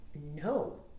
no